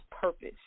purpose